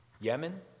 Yemen